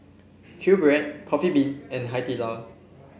QBread Coffee Bean and Hai Di Lao